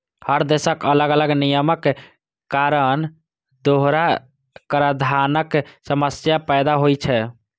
हर देशक अलग अलग नियमक कारण दोहरा कराधानक समस्या पैदा होइ छै